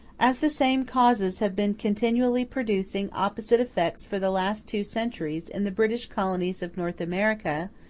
as the same causes have been continually producing opposite effects for the last two centuries in the british colonies of north america,